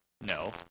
no